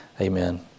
Amen